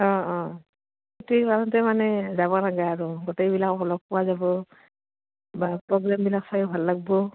অঁ অঁ সেটেই কাৰণতে মানে যাব লাগে আৰু গোটেইবিলাক অলপ পোৱা যাব বা প্ৰগ্ৰেমবিলাক চাই ভাল লাগব